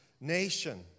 nation